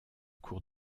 cours